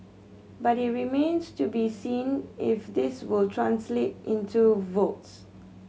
but it remains to be seen if this will translate into votes